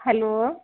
hello